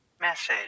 message